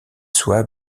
soit